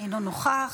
אינו נוכח.